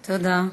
תודה.